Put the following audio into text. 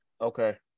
okay